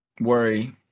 worry